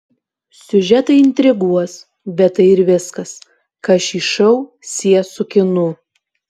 siužetai intriguos bet tai ir viskas kas šį šou sies su kinu